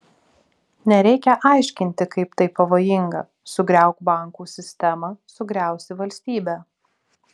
nereikia aiškinti kaip tai pavojinga sugriauk bankų sistemą sugriausi valstybę